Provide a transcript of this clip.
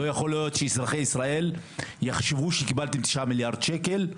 לא יכול להיות שאזרחי ישראל יחשבו שקיבלתם תשעה מיליארד שקל,